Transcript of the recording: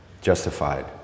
Justified